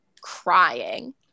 crying